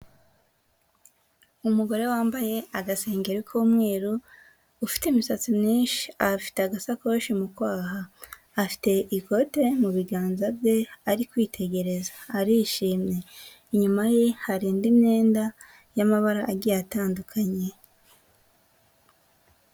Umugore wambaye agasengeri k'umweru, ufite imisatsi myinshi afite agasakoshi mu kwaha, afite ikote mu biganza bye ari kwitegereza arishimye, inyuma ye hari indi myenda y'amabara agiye atandukanye.